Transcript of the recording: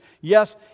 yes